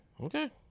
Okay